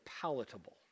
palatable